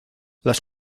las